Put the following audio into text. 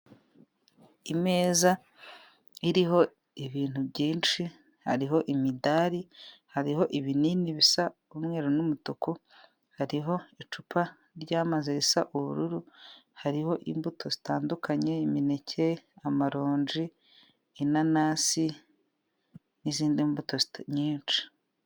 Imeza iriho ibintu byinshi, hariho imidari, hariho ibinini bisa umweru n'umutuku, hariho icupa ry'amazi risa ubururu, hariho imbuto zitandukanye, imineke, amaronji, inanasi n'izindi mbuto nyinshi.